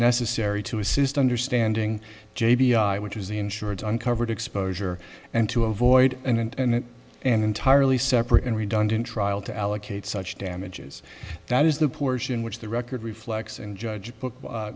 necessary to assist understanding j b i which is the insurance uncovered exposure and to avoid and an entirely separate and redundant trial to allocate such damages that is the portion which the record reflects and judge a book